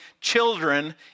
children